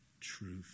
truth